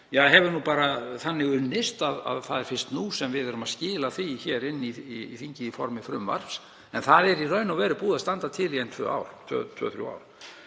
þá hefur nú bara þannig unnist að það er fyrst nú sem við erum að skila því hér inn í þingið í formi frumvarps. En það er í raun og veru búið að standa til í tvö til þrjú ár.